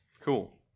cool